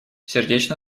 сердечно